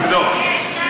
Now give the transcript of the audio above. תבדוק.